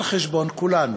על חשבון כולנו.